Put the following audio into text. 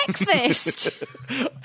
breakfast